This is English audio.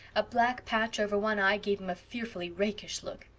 a black patch over one eye gave him a fearfully rakish look.